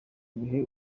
ibihe